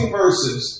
verses